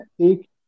take